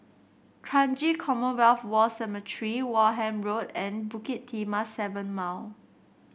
Kranji Commonwealth War Cemetery Wareham Road and Bukit Timah Seven Mile